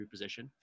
reposition